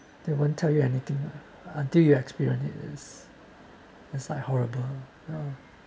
they won't tell you anything until you experience it's quite horrible